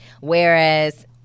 Whereas